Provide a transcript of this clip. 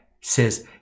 says